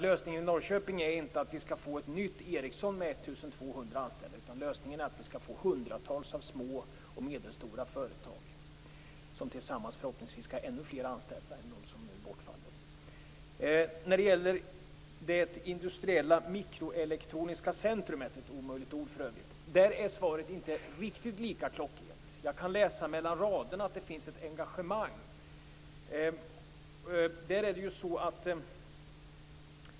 Lösningen i Norrköping är inte att vi skall få ett nytt Ericsson med 1 200 anställda, utan lösningen är att vi skall få hundratals små och medelstora företag som tillsammans förhoppningsvis skall ha ännu fler anställda än de som nu bortfaller. När det gäller Industriellt Mikroelektroniskt Centrum, ett omöjligt namn, är svaret inte riktigt lika klockrent. Jag kan läsa mellan raderna att det finns ett engagemang.